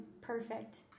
perfect